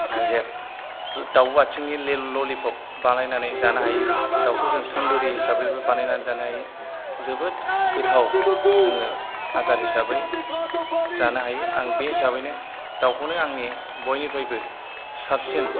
जे दाउ आथिंनि ललिपप बानायनानै जानो हायो दाउखौ जों तांदूरी हिसाबैबो बानायनानै जानो हायो जोबोद गोथाव जोङो आदार हिसाबै जानो हायो आं बे हिसाबैनो दाउखौनो आनि बयनिफ्रायबो साबसिन